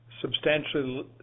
substantially